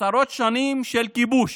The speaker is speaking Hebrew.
עשרות שנים של כיבוש,